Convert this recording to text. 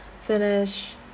finish